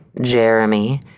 Jeremy